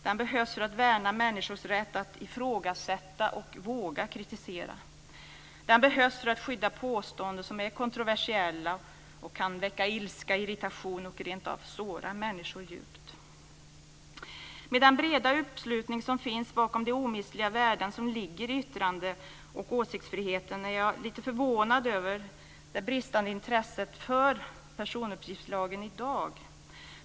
Den behövs för att värna människors rätt att ifrågasätta och våga kritisera. Den behövs för att skydda påståenden som är kontroversiella och kan väcka ilska, irritation och rent av såra människor djupt. Med den breda uppslutning som finns bakom de omistliga värden som ligger i yttrande och åsiktsfriheten är jag lite förvånad över det bristande intresset för personuppgiftslagen i dag.